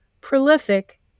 prolific